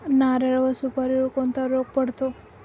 नारळ व सुपारीवर कोणता रोग पडतो?